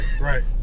right